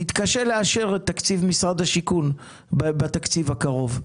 נתקשה לאשר את תקציב משרד השיכון בתקציב הקרוב.